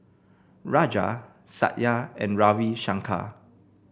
Raja Satya and Ravi Shankar